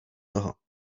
toho